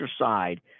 side